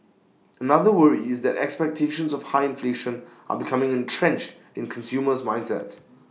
another worry is that expectations of high inflation are becoming entrenched in consumers mindsets